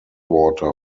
water